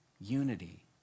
unity